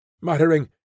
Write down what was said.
muttering